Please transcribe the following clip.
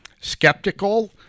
skeptical—